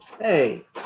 Hey